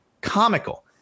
Comical